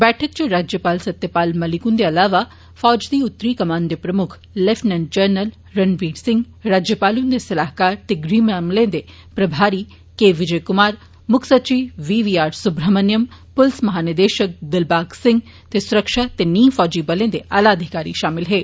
बैठक च गवर्नर सत्यपाल मलिक हुन्दे अलावा फौज दी उत्तरी कमान दे प्रमुक्ख लैफिटनेंट जनरल रणबीर सिंह राज्यपाल हुन्दे सलाहकार ते गृह मामलें दे प्रभारी के विजय कुमार मुक्ख सचिव वी वी आर सुब्रहमणयम पुलस महानिदेषक दिलवाग सिंह ते सुरक्षा ते नीम फौजी बलें दे आला अधिकारी षामल हे